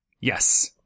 Yes